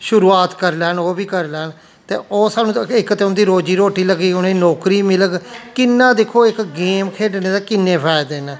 शुरुआत करी लैन ओह् बी करी लैन ते ओह् सानू ते इक ते उं'दी रोजी रोटी लग्गी गी उ'नेंगी नौकरी मिलग किन्ना दिक्खो इक गेम खेढने दे किन्ने फायदे न